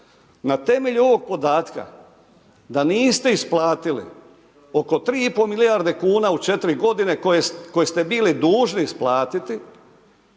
Na temelju ovog podatka da niste isplatili oko 3,5 milijarde kuna u 4 godine koje ste bili dužni isplatiti,